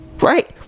right